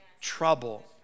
trouble